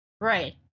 right